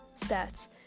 stats